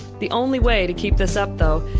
the only way to keep this up, though,